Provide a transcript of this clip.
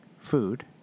food